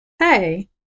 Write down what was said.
hey